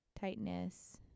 tightness